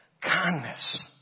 kindness